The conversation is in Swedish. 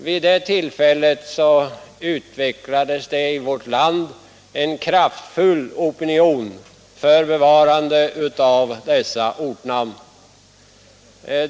Vid det tillfället utvecklades i vårt land en kraftfull opinion för bevarande av dessa ortnamn.